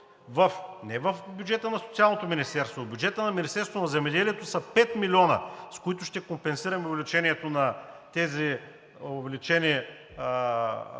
не в бюджета на Социалното министерство, а в бюджета на Министерството на земеделието са 5 милиона, с които ще компенсираме увеличението на тези увеличени